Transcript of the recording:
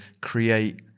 create